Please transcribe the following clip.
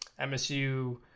MSU